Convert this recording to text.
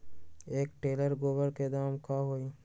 एक टेलर गोबर के दाम का होई?